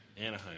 Anaheim